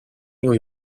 new